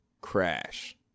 crash